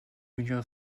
junior